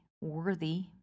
worthy